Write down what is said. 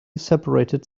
separated